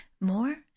more